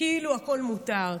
כאילו הכול מותר,